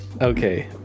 Okay